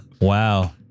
Wow